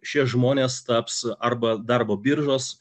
šie žmonės taps arba darbo biržos